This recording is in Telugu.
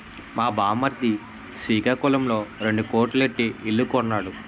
మా బామ్మర్ది సికాకులంలో రెండు కోట్లు ఎట్టి ఇల్లు కొన్నాడు